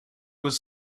was